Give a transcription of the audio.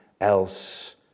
else